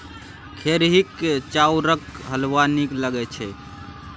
खेरहीक चाउरक हलवा नीक लगैत छै